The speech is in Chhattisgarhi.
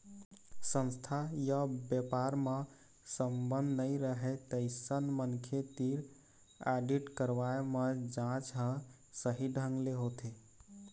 संस्था य बेपार म संबंध नइ रहय तइसन मनखे तीर आडिट करवाए म जांच ह सही ढंग ले होथे